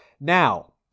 Now